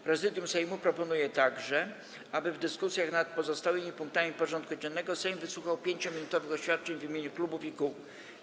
Prezydium Sejmu proponuje także, aby w dyskusjach nad pozostałymi punktami porządku dziennego Sejm wysłuchał 5-minutowych oświadczeń w imieniu klubów i kół.